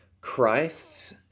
Christ